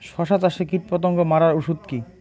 শসা চাষে কীটপতঙ্গ মারার ওষুধ কি?